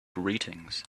greetings